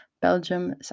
Belgium